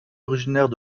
originaire